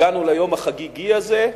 הגענו ליום החגיגי הזה,